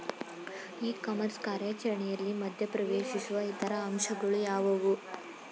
E commerce ಕಾರ್ಯಾಚರಣೆಯಲ್ಲಿ ಮಧ್ಯ ಪ್ರವೇಶಿಸುವ ಇತರ ಅಂಶಗಳು ಯಾವುವು?